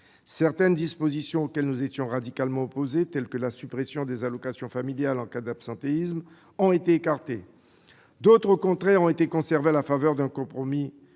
Certaines dispositions auxquelles nous étions radicalement opposés, comme la suspension des allocations familiales en cas d'absentéisme, ont été écartées ; d'autres, au contraire, ont été conservées à la faveur de compromis